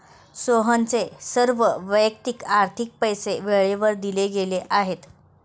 सोहनचे सर्व वैयक्तिक आर्थिक पैसे वेळेवर दिले गेले आहेत